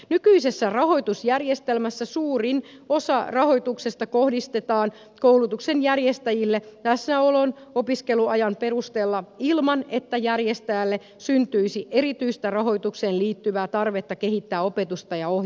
nykyisessä rahoitusjärjestelmässä suurin osa rahoituksesta kohdistetaan koulutuksen järjestäjille läsnäolon opiskeluajan perusteella ilman että järjestäjälle syntyisi erityistä rahoitukseen liittyvää tarvetta kehittää opetusta ja ohjausta